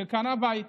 קנה בית,